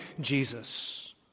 Jesus